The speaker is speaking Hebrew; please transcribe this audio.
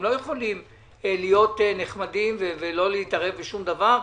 הם לא יכולים להיות נחמדים ולא להתערב בשום דבר,